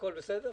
הכול בסדר?